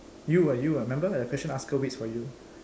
you ah you ah remember the question asker waits for you